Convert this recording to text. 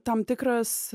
tam tikras